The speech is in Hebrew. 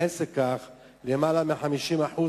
הזכיר זאת, ביותר מ-50%,